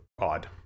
odd